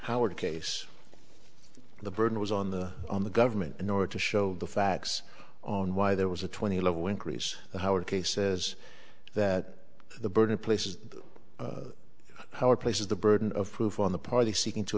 howard case the burden was on the on the government in order to show the facts on why there was a twenty level increase our case says that the burden places howard places the burden of proof on the party seeking to